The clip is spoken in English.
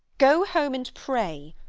go home, and pray,